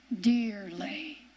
dearly